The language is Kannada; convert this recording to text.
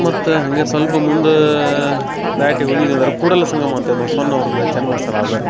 ಮತ್ತು ಹಂಗೆ ಸ್ವಲ್ಪ ಮುಂದೆ ದಾಟಿ ಹೋಗಿದ್ವಿ ಅಂದ್ರೆ ಕೂಡಲಸಂಗಮ ಅಂತ ಬಸ್ವಣ್ ಅವ್ರ್ದು ಜನ್ಮಸ್ಥಳ ಅದ